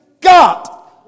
God